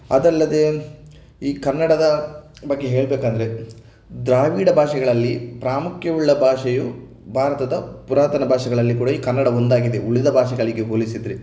ಅದಲ್ಲದೆ ಈ ಕನ್ನಡದ ಬಗ್ಗೆ ಹೇಳಬೇಕೆಂದರೆ ದ್ರಾವಿಡ ಭಾಷೆಗಳಲ್ಲಿ ಪ್ರಾಮುಖ್ಯವುಳ್ಳ ಭಾಷೆಯು ಭಾರತದ ಪುರಾತನ ಭಾಷೆಗಳಲ್ಲಿ ಕೂಡ ಈ ಕನ್ನಡ ಒಂದಾಗಿದೆ ಉಳಿದ ಭಾಷೆಗಳಿಗೆ ಹೋಲಿಸಿದರೆ